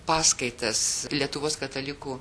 paskaitas lietuvos katalikų